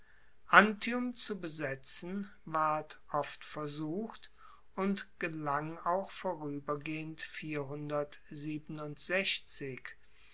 antium zu besetzen ward oft versucht und gelang auch voruebergehend